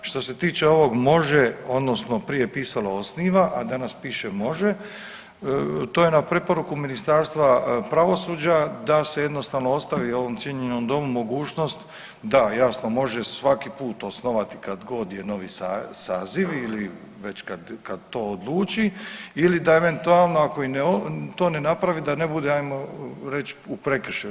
Što se tiče ovog može, odnosno prije je pisalo osniva, a danas piše može, to je na preporuku Ministarstva pravosuđa da se jednostavno ostavi ovog cijenjenom Domu mogućnost da, jasno, može svaki put osnovati kad god je nosi saziv ili već kad to odluči ili da eventualno, ako to ne napravi, da ne bude, ajmo reći u prekršaju.